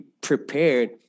prepared